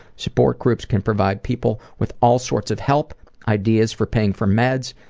support groups can provide people with all sorts of help, ideas for paying for meds,